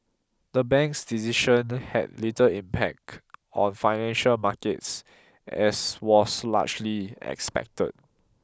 the bank's decision had little impact on financial markets as was largely expected